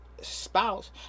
spouse